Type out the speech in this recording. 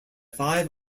five